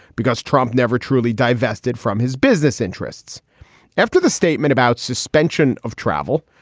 because trump never truly divested from his business interests after the statement about suspension of travel,